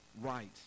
right